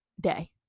day